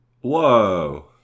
Whoa